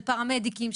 של פרמדיקים,